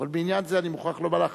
אבל בעניין זה אני מוכרח לומר לך